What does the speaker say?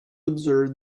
observe